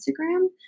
Instagram